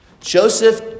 Joseph